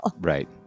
Right